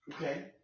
Okay